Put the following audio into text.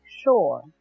sure